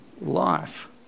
life